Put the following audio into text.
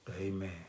Amen